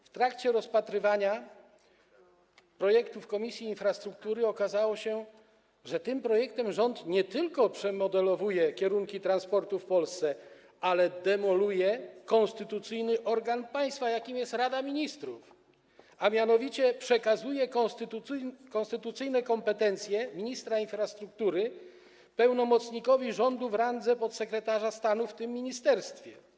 W trakcie rozpatrywania projektu w Komisji Infrastruktury okazało się, że tym projektem rząd nie tylko przemodelowuje kierunki transportu w Polsce, ale też demoluje konstytucyjny organ państwa, jakim jest Rada Ministrów, a mianowicie przekazuje konstytucyjne kompetencje ministra infrastruktury pełnomocnikowi rządu w randze podsekretarza stanu w tym ministerstwie.